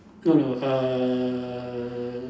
no no err